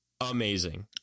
Amazing